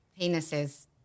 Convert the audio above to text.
penises